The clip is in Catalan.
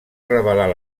revelar